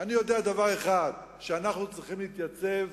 אני יודע דבר אחד: שאנחנו צריכים להתייצב